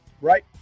right